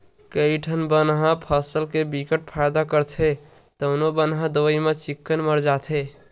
कइठन बन ह फसल बर बिकट फायदा करथे तउनो बन ह दवई म चिक्कन मर जाथे